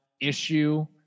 issue